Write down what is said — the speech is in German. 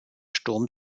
sturm